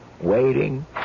waiting